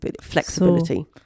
flexibility